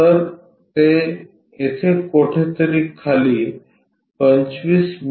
तर ते येथे कोठेतरी खाली 25 मि